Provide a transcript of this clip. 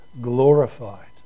glorified